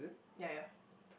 ya ya